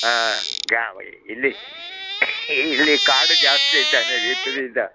ಹಾಂ ಗಾವ್ ಇಲ್ಲಿ ಇಲ್ಲಿ ಕಾಡು ಜಾಸ್ತಿ ತಾನೆ ವಿಪರೀತ